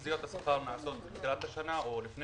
תחזיות השכר נעשות בתחילת השנה או לפני